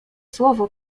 słowo